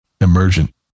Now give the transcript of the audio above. emergent